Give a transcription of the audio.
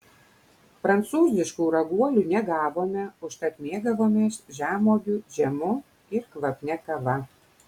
prancūziškų raguolių negavome užtat mėgavomės žemuogių džemu ir kvapnia kava